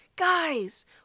guys